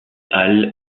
halles